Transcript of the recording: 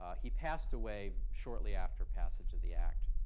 ah he passed away shortly after passage of the act.